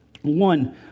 One